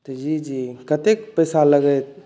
तऽ जी जी कतेक पइसा लागत